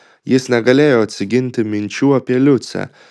jis negalėjo atsiginti minčių apie liucę